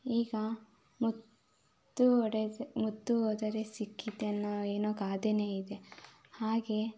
ಈಗ ಮುತ್ತು ಒಡೆದು ಮುತ್ತು ಹೋದರೆ ಸಿಕ್ಕಿತ್ತೆನ್ನೋ ಏನೋ ಗಾದೆನೇ ಇದೆ ಹಾಗೆ